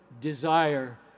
desire